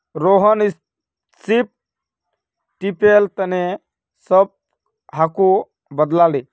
Rohan strip tiller तने सबहाको बताले